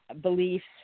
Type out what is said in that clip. beliefs